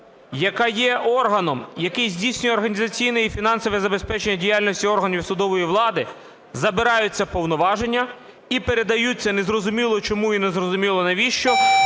яка є органом, який здійснює організаційне і фінансове забезпечення діяльності органів судової влади, забираються повноваження і передаються, незрозуміло чому і незрозуміло навіщо,